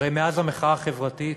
הרי מאז המחאה החברתית